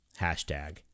hashtag